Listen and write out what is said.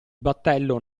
battello